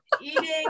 eating